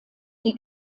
die